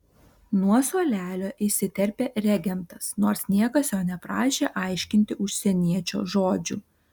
nuo suolelio įsiterpė regentas nors niekas jo neprašė aiškinti užsieniečio žodžių